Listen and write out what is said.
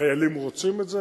החיילים רוצים את זה?